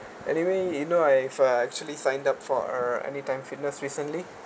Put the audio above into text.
anyway you know I've uh actually signed up for or err Anytime Fitness recently